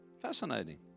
Fascinating